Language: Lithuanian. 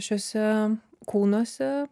šiuose kūnuose